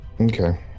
okay